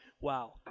wow